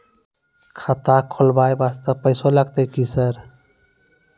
खाता खोलबाय वास्ते पैसो लगते की सर?